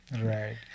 Right